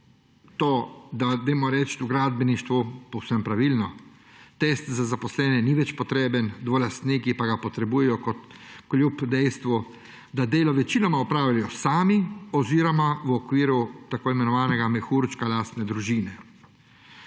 to, da recimo v gradbeništvu – povsem pravilno – test za zaposlene ni več potreben, dvolastniki pa ga potrebujejo kljub dejstvu, da delo večinoma opravljajo sami oziroma v okviru tako imenovanega mehurčka lastne družine?